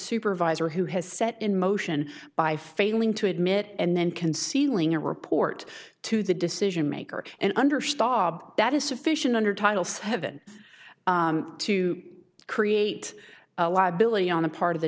supervisor who has set in motion by failing to admit and then concealing a report to the decision maker and under stop that is sufficient under title seven to create a liability on the part of the